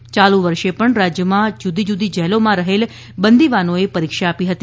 યાલુ વર્ષે પણ રાજયમાં જુદી જુદી જેલોમાં રહેલ બંદીવાનોએ પરીક્ષા આપી હતી